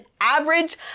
average